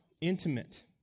intimate